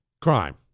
crime